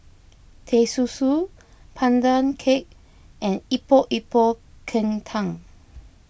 Teh Susu Pandan Cake and Epok Epok Kentang